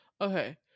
okay